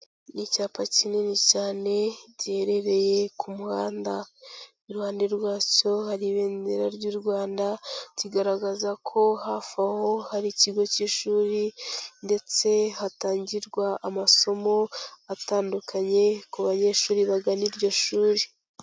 Icyapa kinini cyane, giherereye ku muhanda, iruhande rwacyo hari ibendera ry'u Rwanda, kigaragaza ko hafi aho hari ikigo cy'ishuri ndetse hatangirwa amasomo atandukanye, ku banyeshuri bagana iryo shuri.